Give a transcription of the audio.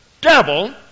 devil